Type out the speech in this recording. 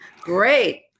Great